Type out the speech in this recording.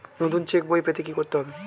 নতুন চেক বই পেতে কী করতে হবে?